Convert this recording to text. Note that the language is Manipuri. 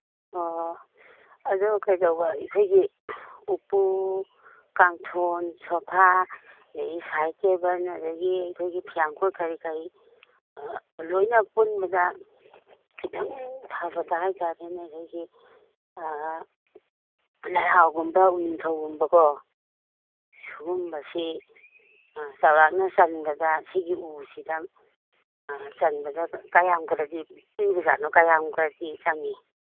ꯑꯣ ꯑꯗꯨ ꯀꯩꯗꯧꯕ ꯁꯤꯒꯤ ꯎꯄꯨ ꯀꯥꯡꯊꯣꯟ ꯁꯣꯐꯥ ꯑꯗꯒꯤ ꯁꯥꯏꯠ ꯇꯦꯕꯜ ꯑꯗꯒꯤ ꯑꯩꯈꯣꯏꯒꯤ ꯐꯤꯌꯥꯟꯈꯣꯛ ꯀꯔꯤ ꯀꯔꯤ ꯂꯣꯏꯅ ꯄꯨꯟꯕꯗ ꯈꯤꯇꯪ ꯐꯕꯗ ꯍꯥꯏ ꯇꯥꯔꯦ ꯑꯗꯒꯤ ꯂꯩꯍꯥꯎꯒꯨꯝꯕ ꯎꯅꯤꯡꯊꯧꯒꯨꯝꯕꯀꯣ ꯁꯤꯒꯨꯝꯕꯁꯤ ꯆꯧꯔꯥꯛꯅ ꯆꯟꯕꯗ ꯁꯤꯒꯤ ꯎꯁꯤꯗ ꯆꯟꯕꯗ ꯀꯌꯥꯝꯀꯗꯤ ꯄꯤꯕꯖꯥꯠꯅꯣ ꯀꯌꯥꯝꯀꯗꯤ ꯆꯪꯉꯤ